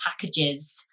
packages